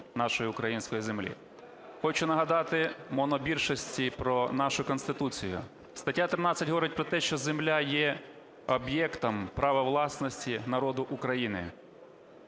нашої української землі. Хочу нагадати монобільшості про нашу Конституцію. Стаття 13 говорить про те, що земля є об’єктом права власності народу України.